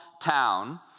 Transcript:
town